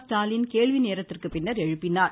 ஸ்டாலின் கேள்வி நேரத்திற்குப் பின்னர் எழுப்பினார்